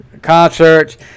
concerts